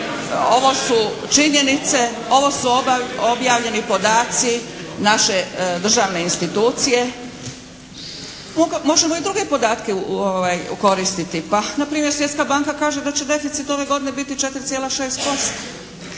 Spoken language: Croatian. ovo su činjenice, ovo su objavljeni podaci naše državne institucije. Možemo i druge podatke koristiti. Pa na primjer Svjetska banka kaže da će deficit ove godine biti 4,6%,